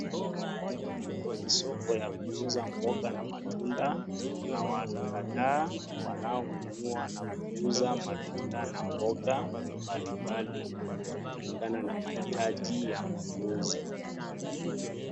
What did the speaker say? Kwenye soko ya kuuza mboga na matunda, kuna watu kadhaa wanaonunua na kuuza matunda na mboga, mbali mbali kulingana na mahitaji ya mnunuzi.